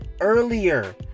Earlier